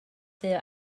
their